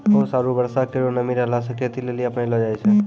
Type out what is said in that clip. ओस आरु बर्षा केरो नमी रहला सें खेती लेलि अपनैलो जाय छै?